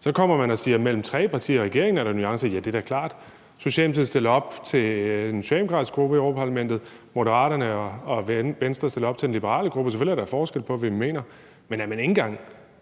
så kommer man og siger, at der mellem tre partier i regeringen er nuancer – ja, det er da klart. Socialdemokratiet stiller op til den socialdemokratiske gruppe i Europa-Parlamentet, mens Moderaterne og Venstre stiller op til den liberale gruppe. Selvfølgelig er der forskel på, hvad vi mener. Men at der ikke engang